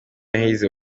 yahize